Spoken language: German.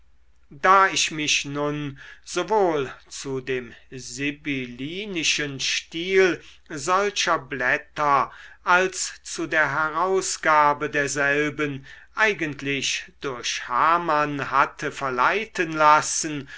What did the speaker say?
da ich mich nun sowohl zu dem sibyllinischen stil solcher blätter als zu der herausgabe derselben eigentlich durch hamann hatte verleiten lassen